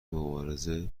مبارزه